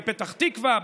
בפתח תקווה,